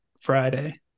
Friday